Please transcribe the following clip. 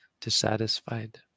dissatisfied